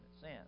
sin